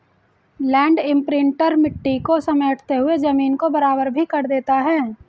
land imprinter मिट्टी को समेटते हुए जमीन को बराबर भी कर देता है